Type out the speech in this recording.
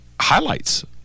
highlights